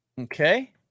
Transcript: Okay